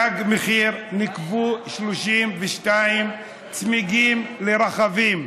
תג מחיר: ניקבו 32 צמיגים לרכבים,